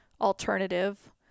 alternative